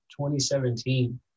2017